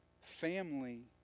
family